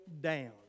down